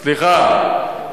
סליחה.